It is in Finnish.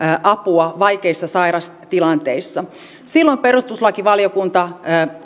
apua vaikeissa sairaustilanteissa silloin perustuslakivaliokunta